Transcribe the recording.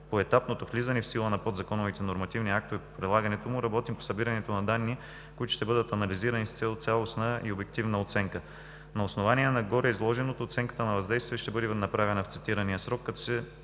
поетапното влизане в сила на подзаконовите нормативни актове по прилагането му, работим по събирането на данни, които ще бъдат анализирани с цел цялостна и обективна оценка. На основание на гореизложеното, оценката на въздействие ще бъде направена в цитирания срок, като се